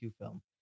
film